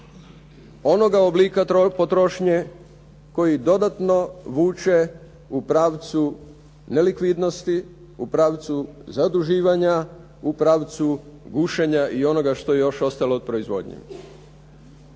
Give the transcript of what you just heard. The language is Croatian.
onoga oblika potrošnje koji dodatno vuče u pravcu nelikvidnosti, u pravcu zaduživanja, u pravcu gušenja i onoga što je još ostalo od proizvodnje